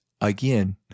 again